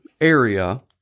area